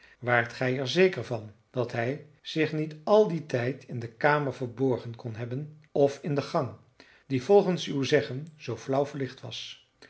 waart gij er zeker van dat hij zich niet al dien tijd in de kamer verborgen kon hebben of in de gang die volgens uw zeggen zoo flauw verlicht was